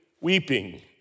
weeping